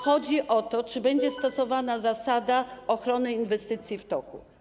Chodzi o to, czy będzie stosowana zasada ochrony inwestycji w toku?